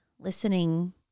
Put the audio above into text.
Listening